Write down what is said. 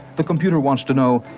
the computer wants to know,